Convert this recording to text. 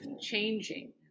changing